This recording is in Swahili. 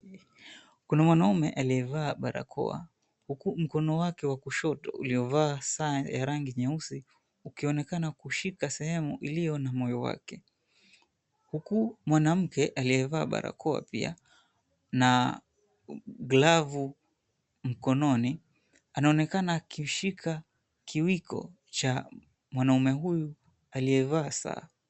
Kuna mwanaume aliyevaa barakoa, huku mkono wake wa kushoto uliovaa saa ya rangi nyeusi, ukionekana kushika sehemu iliyo na moyo wake. Huku mwanamke aliyevaa barakoa pia na glavu mkononi, anaonekana akiushika kiwiko cha mwanamume huyu aliyevaa saa.